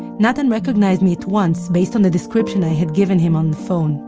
natan recognized me at once, based on the description i had given him on the phone